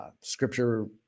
scripture